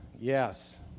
yes